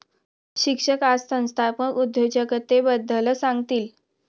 शिक्षक आज संस्थात्मक उद्योजकतेबद्दल सांगतील